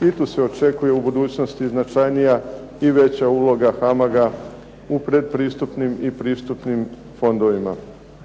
i tu se očekuje u budućnosti značajnija i veća uloga "HAMAG-a" u pretpristupnim i pristupnim fondovima.